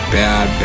bad